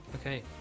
Okay